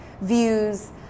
views